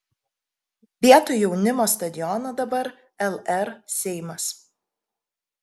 vietoj jaunimo stadiono dabar lr seimas